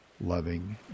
loving